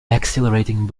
exhilarating